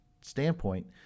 standpoint